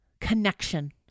connection